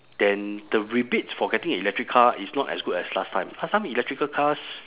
then the rebates for getting an electric car is not as good as last time last time electrical cars